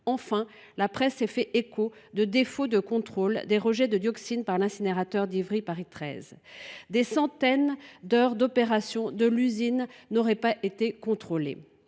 Enfin, la presse s’est fait l’écho de défauts du contrôle des rejets de dioxines par l’incinérateur d’Ivry Paris XIII, en indiquant que des centaines d’heures d’opérations de l’usine n’auraient pas été contrôlées.